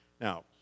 Now